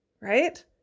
Right